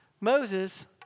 Moses